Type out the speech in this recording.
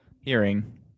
Hearing